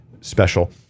special